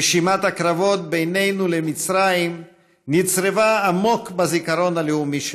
רשימת הקרבות בינינו ובין מצרים נצרבה עמוק בזיכרון הלאומי שלנו: